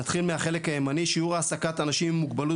נתחיל מהחלק הימני - שיעור העסקת אנשים עם מוגבלות